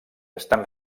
estan